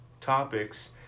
topics